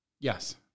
Yes